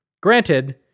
Granted